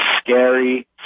scary